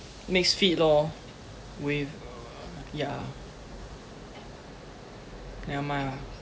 mix feed lor with yeah never mind lah ah